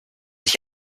sich